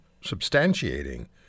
substantiating